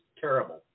terrible